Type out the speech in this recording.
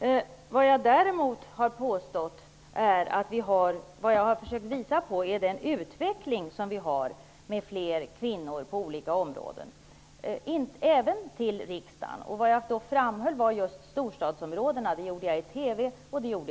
kammaren. Vad jag däremot har försökt visa på är den utveckling som vi har med fler kvinnor på olika områden. Det gäller även i riksdagen. I TV framhöll jag särskilt storstadsområdena, vilket jag gjorde även här i kammaren.